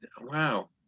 wow